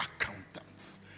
accountants